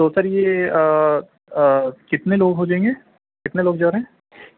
تو سر یہ کتنے لوگ ہو جائیں گے کتنے لوگ جا رہے ہیں